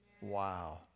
Wow